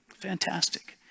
Fantastic